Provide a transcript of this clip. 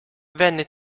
venne